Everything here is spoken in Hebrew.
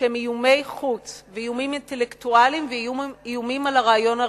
שהם איומי חוץ ואיומים אינטלקטואליים ואיומים על הרעיון הציוני.